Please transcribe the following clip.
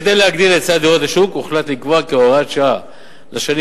כדי להגדיל את היצע הדירות בשוק הוחלט לקבוע כהוראת שעה לשנים